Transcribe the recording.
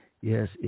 Yes